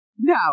Now